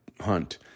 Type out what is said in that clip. hunt